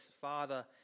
Father